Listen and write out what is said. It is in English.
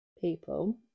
people